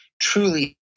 truly